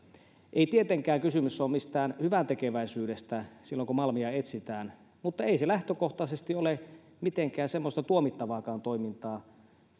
ei tietenkään kysymys ole mistään hyväntekeväisyydestä silloin kun malmia etsitään mutta ei se lähtökohtaisesti ole mitenkään semmoista tuomittavaakaan toimintaa